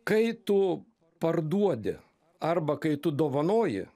kai tu parduodi arba kai tu dovanoji